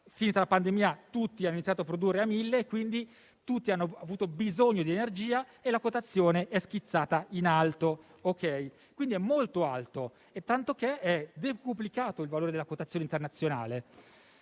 Finita la pandemia, tutti hanno iniziato a produrre, tutti hanno avuto bisogno di energia e la quotazione è schizzata in alto. Quindi, il valore è molto alto, tanto che è decuplicato il valore della quotazione internazionale,